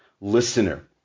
listener